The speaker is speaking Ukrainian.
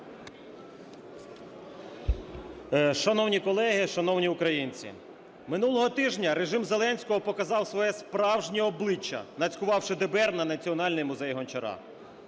Шановні колеги, шановні українці! Минулого тижня режим Зеленського показав своє справжнє обличчя, нацькувавши ДБР на Національний музей Гончара.